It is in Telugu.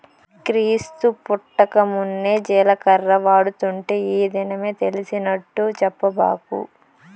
క్రీస్తు పుట్టకమున్నే జీలకర్ర వాడుతుంటే ఈ దినమే తెలిసినట్టు చెప్పబాకు